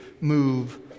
move